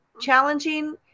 challenging